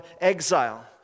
exile